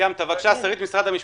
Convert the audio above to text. שרית ממשרד המשפטים,